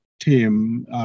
Team